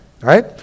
Right